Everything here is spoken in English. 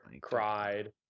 cried